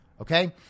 Okay